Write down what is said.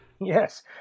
Yes